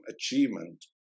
achievement